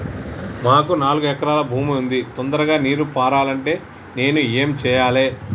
మాకు నాలుగు ఎకరాల భూమి ఉంది, తొందరగా నీరు పారాలంటే నేను ఏం చెయ్యాలే?